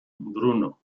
bruno